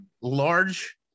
large